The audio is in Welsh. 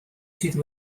sydd